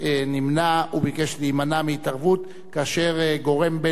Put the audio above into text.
מהתערבות כאשר גורם בין-לאומי כארצות-הברית